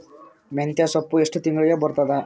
ಮೆಂತ್ಯ ಸೊಪ್ಪು ಎಷ್ಟು ತಿಂಗಳಿಗೆ ಬರುತ್ತದ?